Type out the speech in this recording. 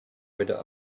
wither